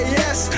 yes